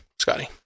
Scotty